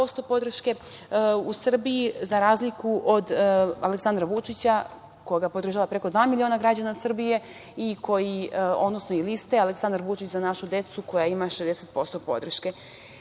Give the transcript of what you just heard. u Srbiji, za razliku od Aleksandra Vučića, koga podržava preko dva miliona građana Srbije i liste „Aleksandar Vučić – Za našu decu“, koja ima 60% podrške. Pored